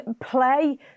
Play